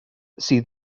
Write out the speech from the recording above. sydd